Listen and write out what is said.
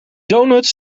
donuts